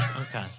Okay